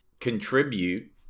contribute